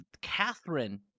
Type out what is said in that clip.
Catherine